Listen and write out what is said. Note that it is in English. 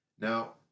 Now